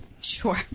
Sure